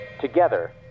Together